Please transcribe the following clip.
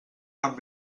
amb